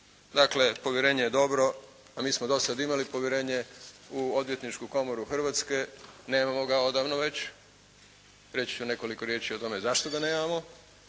Dakle, povjerenje je dobro, a mi smo dosad imali povjerenje u Odvjetničku komoru Hrvatske, nemamo ga odavno već, reći ću nekoliko riječi o tome zašto ga nemamo,